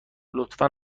لطفا